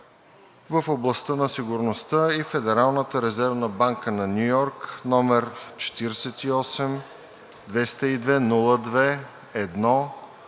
в областта на сигурността и Федералната резервна банка на Ню Йорк, № 48-202-02-1,